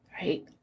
Right